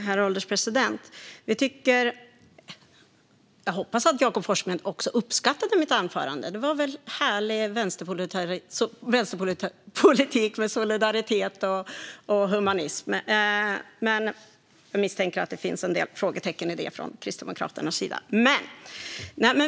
Herr ålderspresident! Jag hoppas att Jakob Forssmed också uppskattade mitt anförande - det var väl härlig vänsterpolitik med solidaritet och humanism! Men jag misstänker att det finns en del frågetecken i detta från Kristdemokraternas sida.